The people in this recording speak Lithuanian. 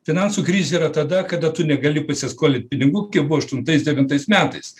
finansų krizė yra tada kada tu negali pasiskolint pinigų kaip buvo aštuntais devintais metais